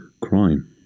crime